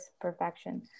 perfection